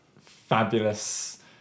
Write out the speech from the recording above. fabulous